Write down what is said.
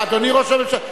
אדוני ראש הממשלה.